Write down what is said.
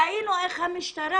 ראינו איך המשטרה